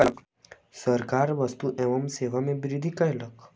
सरकार वस्तु एवं सेवा कर में वृद्धि कयलक